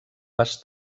pas